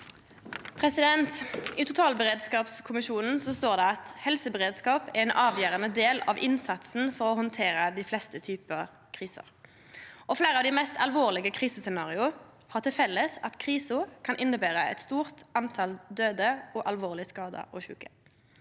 totalberedskapskommisjonen står det: «Helseberedskap er en avgjørende del av innsatsen for å håndtere de fleste typer kriser. Flere av de mest alvorlige krisescenarioene (…) har til felles at krisen kan innebære et stort antall døde og alvorlige skadde og syke.»